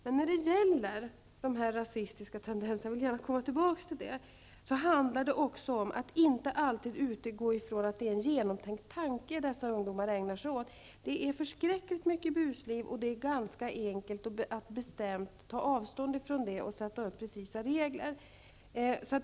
Men när det gäller de rasistiska tendenserna -- jag vill gärna komma tillbaka till det -- handlar det också om att inte alltid utgå från att det som dessa ungdomar ägnar sig åt är något genomtänkt. Det är fråga om förskräckligt mycket busliv, och det är ganska enkelt att bestämt ta avstånd från det och sätta upp precisa regler.